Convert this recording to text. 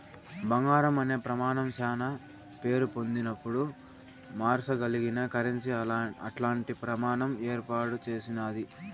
బంగారం అనే ప్రమానం శానా పేరు పొందినపుడు మార్సగలిగిన కరెన్సీ అట్టాంటి ప్రమాణం ఏర్పాటు చేసినాది